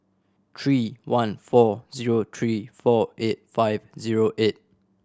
three one four zero three four eight five zero eight